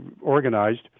organized